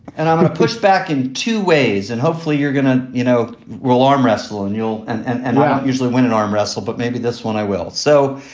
and i'm going to push back in two ways. and hopefully you're going to you know, we'll arm wrestle o'niel. and and and now usually when an arm wrestle, but maybe this one i will. so,